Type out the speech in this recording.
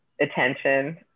attention